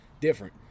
different